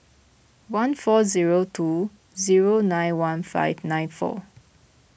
one four zero two zero nine one five nine four